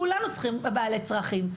הרי כולנו בעלי צרכים,